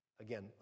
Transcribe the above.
Again